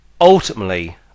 ultimately